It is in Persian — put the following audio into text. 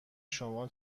شما